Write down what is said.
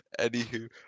anywho